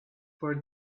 for